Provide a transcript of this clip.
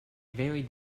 very